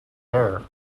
air